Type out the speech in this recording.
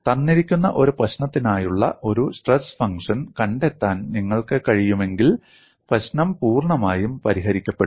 തന്നിരിക്കുന്ന ഒരു പ്രശ്നത്തിനായുള്ള ഒരു സ്ട്രെസ് ഫംഗ്ഷൻ കണ്ടെത്താൻ നിങ്ങൾക്ക് കഴിയുമെങ്കിൽ പ്രശ്നം പൂർണ്ണമായും പരിഹരിക്കപ്പെടും